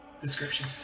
Description